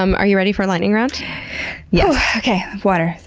um are you ready for lightning round yeah water. yes,